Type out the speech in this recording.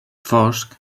fosc